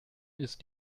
ist